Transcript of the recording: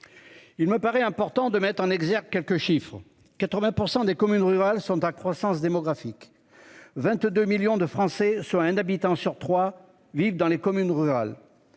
Il me paraît important de mettre en exergue quelques chiffres, 80% des communes rurales sont à croissance démographique. 22 millions de Français, soit un habitant sur 3 vivent dans les communes rurales.